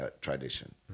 tradition